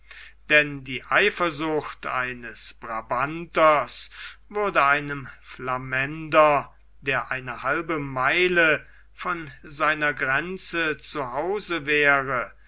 denn die eifersucht eines brabanters würde einem flamänder der eine halbe meile von seiner grenze zu hause wäre